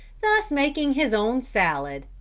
thus making his own salad.